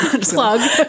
plug